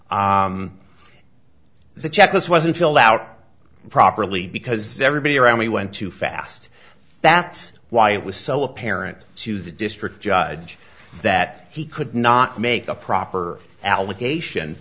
the check us wasn't fill out properly because everybody around me went too fast that's why it was so apparent to the district judge that he could not make a proper allocation